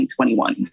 2021